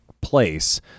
place